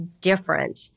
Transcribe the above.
different